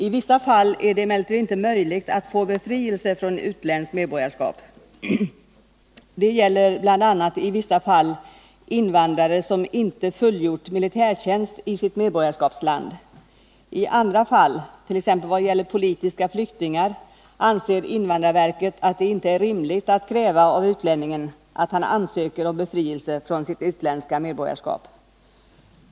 I vissa fall är det emellertid inte möjligt att få befrielse från utländskt medborgarskap. Det gäller bl.a. i vissa fall invandrare som inte fullgjort militärtjänst i sitt medborgarskapsland. I andra fall, t.ex. vad gäller politiska flyktingar, anser invandrarverket att det inte är rimligt att kräva av utlänningen att han ansöker om befrielse från sitt utländska medborgarskap.